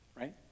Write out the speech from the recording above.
right